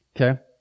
Okay